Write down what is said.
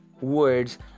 words